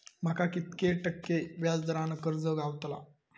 माका किती टक्के व्याज दरान कर्ज गावतला?